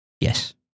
Yes